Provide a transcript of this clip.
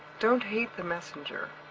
don't hate the messenger.